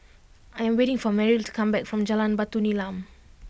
I am waiting for Meryl to come back from Jalan Batu Nilam